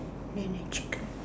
and a chicken